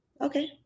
okay